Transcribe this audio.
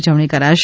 ઉજવણી કરાશે